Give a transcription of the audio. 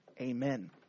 Amen